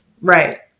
Right